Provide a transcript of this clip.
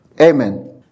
Amen